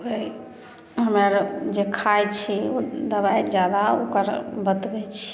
हम्मे आर जे खाइ छी ओ दबाइ जादा ओकर बतबै छी